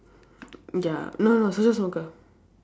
ya no no social smoker